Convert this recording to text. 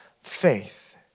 Faith